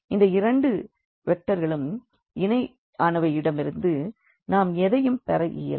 இந்த இரண்டு வெக்டர்களுக்கு இணையானவையிடமிருந்து நாம் எதையும் பெற இயலும்